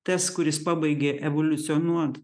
tas kuris pabaigė evoliucionuot